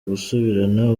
gusubirana